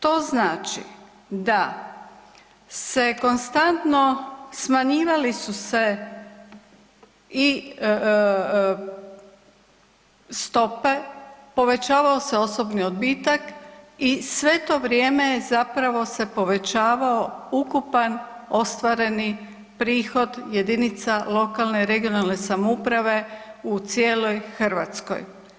To znači da se konstantno smanjivali su se i stope, povećavao se osobni odbitak i sve to vrijeme se povećavao ukupan ostvareni prihod jedinice lokalne i regionalne samouprave u cijeloj Hrvatskoj.